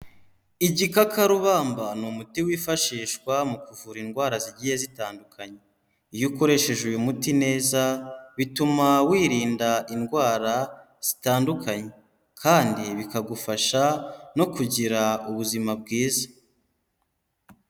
Igikakarubamba ni umuti wifashishwa mu kuvura indwara zigiye zitandukanye, iyo ukoresheje uyu muti neza bituma wirinda indwara zitandukanye kandi bikagufasha no kugira ubuzima bwiza.